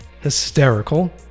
hysterical